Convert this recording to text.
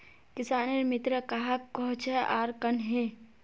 किसानेर मित्र कहाक कोहचे आर कन्हे?